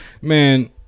man